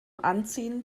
anziehen